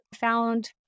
found